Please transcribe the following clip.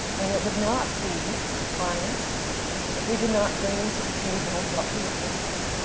and it would not be honest if we did not bring to the table what we are facing.